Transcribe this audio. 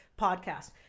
podcast